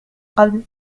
قبل